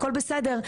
הכל בסדר,